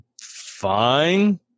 Fine